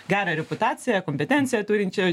gerą reputaciją kompetenciją turinčią